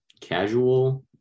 casual